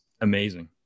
amazing